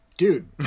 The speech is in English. Dude